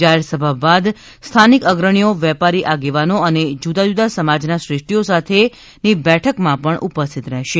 જાહેરસભા બાદ સ્થાનિક અગ્રણીઓ વેપારી આગેવાનો અને જુદા જુદા સમાજના શ્રેષ્ઠીઓ સાથેની બેઠકમાં ઉપસ્થિત રહેશે